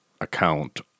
account